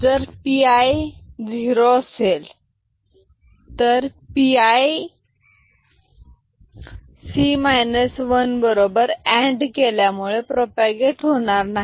जर P I zero असेल तर P I C minus one बरोबर अँड केल्यामुळे प्रोपागेट होणार नाही